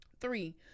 three